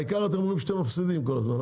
העיקר את אומרים שאתם מפסידים כל הזמן.